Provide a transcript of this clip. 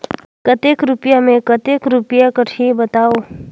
कतेक रुपिया मे कतेक रुपिया कटही बताव?